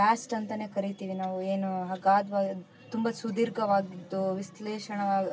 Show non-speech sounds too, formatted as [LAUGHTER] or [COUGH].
vast ಅಂತಲೇ ಕರೀತಿವಿ ನಾವು ಏನು [UNINTELLIGIBLE] ತುಂಬ ಸುದೀರ್ಘವಾಗಿದ್ದು ವಿಶ್ಲೇಷಣಾತ್ಮಕವಾಗಿ